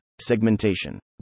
segmentation